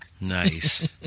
Nice